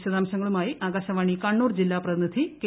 വിശദാംശങ്ങളുമായി ആകാശവാണി കണ്ണൂർ ജില്ലാ പ്രതിനിധി കെ